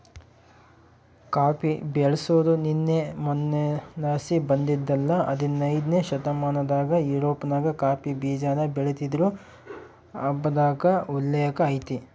coffee ಬೆಳ್ಸಾದು ನಿನ್ನೆ ಮನ್ನೆಲಾಸಿ ಬಂದಿದ್ದಲ್ಲ ಹದನೈದ್ನೆ ಶತಮಾನದಾಗ ಯುರೋಪ್ನಾಗ ಕಾಫಿ ಬೀಜಾನ ಬೆಳಿತೀದ್ರು ಅಂಬಾದ್ಕ ಉಲ್ಲೇಕ ಐತೆ